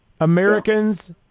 Americans